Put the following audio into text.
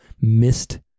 missed